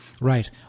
Right